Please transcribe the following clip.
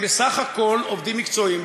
הם בסך הכול עובדים מקצועיים,